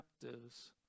captives